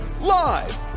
live